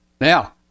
now